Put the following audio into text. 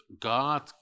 God